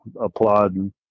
applauding